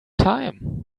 time